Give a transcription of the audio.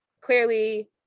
clearly